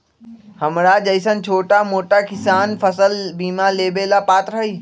हमरा जैईसन छोटा मोटा किसान फसल बीमा लेबे के पात्र हई?